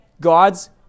God's